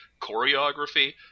choreography